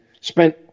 spent